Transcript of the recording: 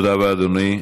תודה רבה, אדוני.